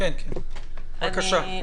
בבקשה.